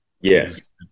Yes